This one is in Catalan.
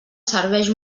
serveix